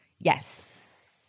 yes